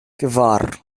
kvar